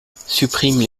supprime